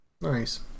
Nice